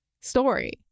story